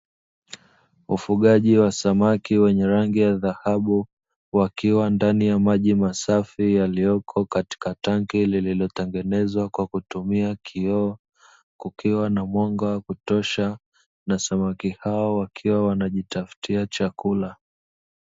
Ufugaji wa samaki wenye rangi ya dhahabu, wakiwa katika maji masafi yaliyoko katika tanki lililotengenezwa kwa kutumia kioo, kukiwa na mwanga wa kutosha na samaki hao wakiwa wanajitafutia chakula.